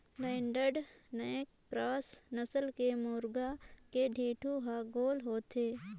naked neck cross नसल के मुरगा के ढेंटू हर गोल होथे